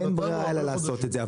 אין ברירה אלא לעשות את זה.